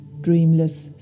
dreamless